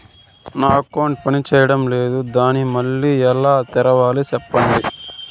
నా అకౌంట్ పనిచేయడం లేదు, దాన్ని మళ్ళీ ఎలా తెరవాలి? సెప్పండి